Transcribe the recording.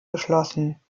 geschlossen